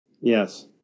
yes